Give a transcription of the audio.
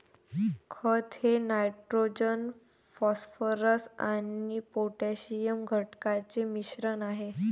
खत हे nitrogen phosphorus आणि पोटॅशियम घटकांचे मिश्रण आहे